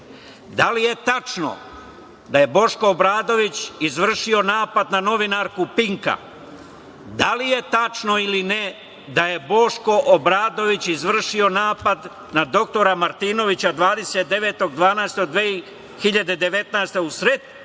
ne? Da li je tačno da je Boško Obradović izvršio napad na novinarku Pinka? Da li je tačno ili ne da je Boško Obradović izvršio napad na dr Martinovića 29. 12. 2019. godine,